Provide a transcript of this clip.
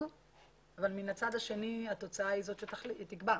אבל מן הצד השני התוצאה היא זאת שתקבע.